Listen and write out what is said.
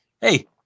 Hey